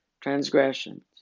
transgressions